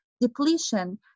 depletion